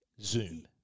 Zoom